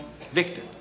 Victor